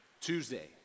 Tuesday